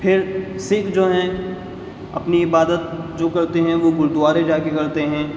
پھر سکھ جو ہیں اپنی عبادت جو کرتے ہیں وہ گرودوارے جا کے کرتے ہیں